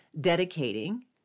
dedicating